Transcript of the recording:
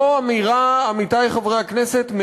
עמיתי חברי הכנסת,